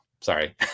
Sorry